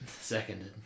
seconded